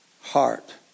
heart